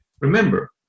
Remember